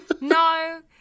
No